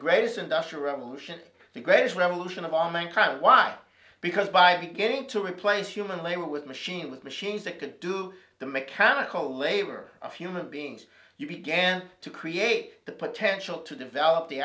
greatest industrial revolution the greatest revolution of all mankind why because by beginning to replace human labor with machine with machines that could do the mechanical labor of human beings you began to create the potential to develop the